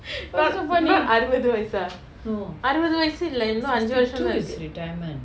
what what அறுவது வயசா அறுவது வயசு இல்ல இன்னு அஞ்சு வருசோதா இருக்கு:aruvathu vayasa aruvathu vayasu illa innu anju varusotha iruku